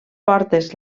portes